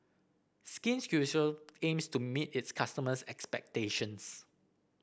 Skin Ceuticals aims to meet its customers' expectations